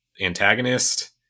antagonist